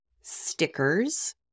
stickers